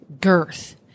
girth